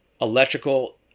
electrical